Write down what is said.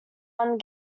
one